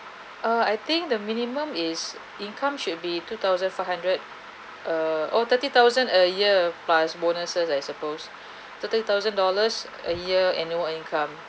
uh I think the minimum is income should be two thousand five hundred err or thirty thousand a year plus bonuses I suppose thirty thousand dollars a year annual income